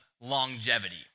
longevity